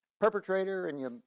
perpetrator and you,